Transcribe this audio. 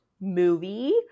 movie